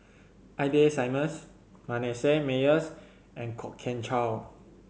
Ida Simmons Manasseh Meyer's and Kwok Kian Chow